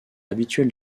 habituel